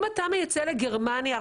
אם אתה מייצא לגרמניה,